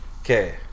Okay